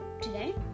today